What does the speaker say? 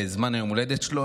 בזמן יום ההולדת שלו,